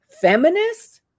feminist